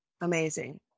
Amazing